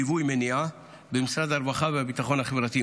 ליווי ומניעה במשרד הרווחה והביטחון החברתי,